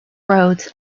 roads